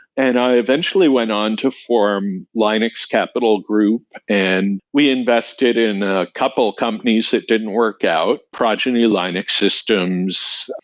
and i eventually went on to form linux capital group, and we invested in a couple companies that didn't work out. progeny linux systems,